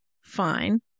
fine